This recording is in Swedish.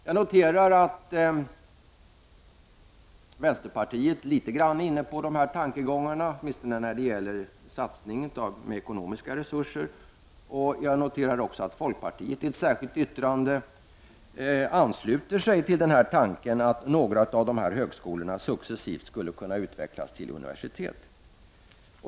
Jag noterar att vänsterpartiet litet grand är inne på samma tankegångar, åtminstone när det gäller satsningen med avseende på ekonomiska resurser. Jag noterar också att folkpartiet i ett särskilt yttrande ansluter sig till tanken att några av dessa högskolor successivt skall kunna utvecklas till universitet.